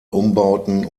umbauten